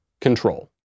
Control